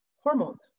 hormones